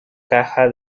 caja